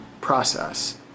process